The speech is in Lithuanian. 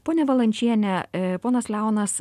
ponia valančiene ponas leonas